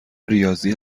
ریاضی